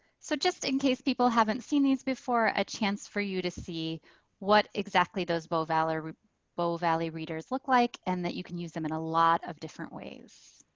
so just in case people haven't seen these before, a chance for you to see what exactly those bow valley bow valley readers look like and that you can use them in a lot of different ways.